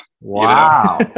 Wow